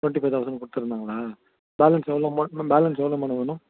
twenty five thousand கொடுத்துருந்தாங்களா balance எவ்வளோ amount ma'am balance எவ்வளோ அமௌண்ட் வேணும்